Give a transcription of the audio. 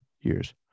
years